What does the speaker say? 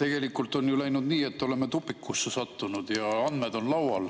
Tegelikult on läinud nii, et oleme tupikusse sattunud. Andmed on laual.